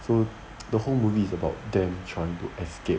so the whole movie is about them trying to escape